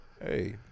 hey